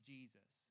Jesus